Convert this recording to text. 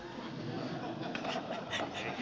kiitos kiitos